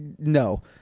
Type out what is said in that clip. No